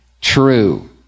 True